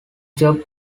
job